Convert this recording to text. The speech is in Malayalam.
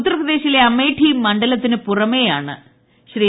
ഉത്തർപ്രദേശിലെ അമേഠി മണ്ഡലത്തിന് പുറമെയാണ് ശ്രീ